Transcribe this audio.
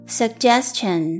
suggestion